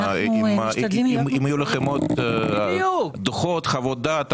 אם יהיו לכם עוד דוחות או חוות דעת,